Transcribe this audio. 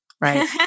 Right